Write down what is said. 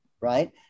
right